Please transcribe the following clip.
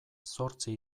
zortzi